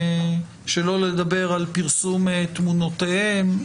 שלא לדבר על פרסום תמונותיהם.